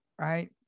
right